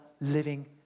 living